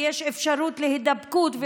ויש אפשרות להידבקות,